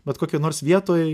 bet kokioj nors vietoj